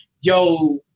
Yo